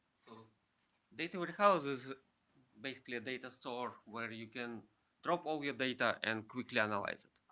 so data warehouse is basically a data store where you can drop all your data, and quickly analyze it.